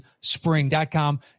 spring.com